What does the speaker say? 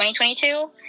2022